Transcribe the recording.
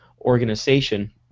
organization